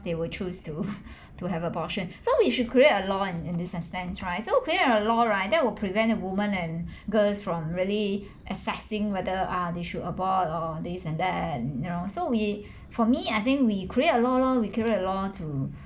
they will choose to to have abortion so we should create a law in in this extends right so create a law right that will prevent a women and girls from really assessing whether ah they should abort or this and that and you know so we for me I think we create a law loh we create a law to